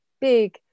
big